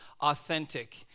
Authentic